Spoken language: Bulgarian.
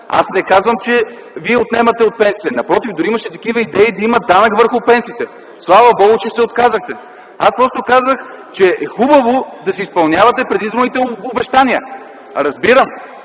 Не казвам, че Вие отнемате от пенсиите. Напротив, дори имаше идеи да има данък върху пенсиите. Слава Богу, че се отказахте. Аз казах, че е хубаво да си изпълнявате предизборните обещания. Разбирам,